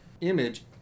Image